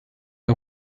der